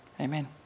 Amen